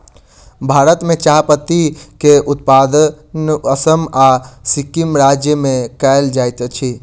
भारत में चाह पत्ती के उत्पादन असम आ सिक्किम राज्य में कयल जाइत अछि